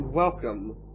Welcome